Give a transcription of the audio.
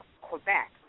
Quebec